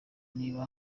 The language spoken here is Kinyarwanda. niba